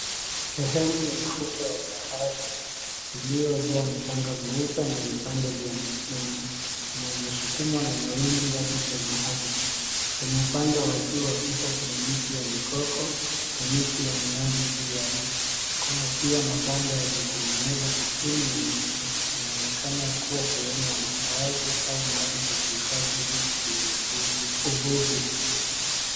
Sehemu ya ufuko wa bahari iliyojaa mchanga mweupe na vipande vya mwani vinavyosukumwa na mawimbi hadi kwenye ardhi. Kwenye upande wa juu wa picha kuna miti ya mikoko na miti ya mnazi juu yake. Kuna pia mabanda yaliyotengenezwa kwa kuni na miti yanaonekana kuwa sehemu ya makaazi au mahali pa kuhifadhi vitu vya uvuvi.